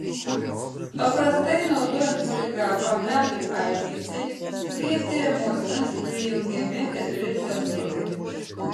paprastai naudojant poligrafą melui aiškinti prie tiriamo asmens prijungiami keturi sensoriai